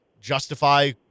justify